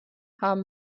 haben